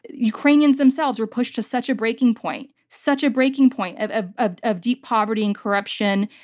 ukranians themselves were pushed to such a breaking point, such a breaking point of ah ah of deep poverty and corruption,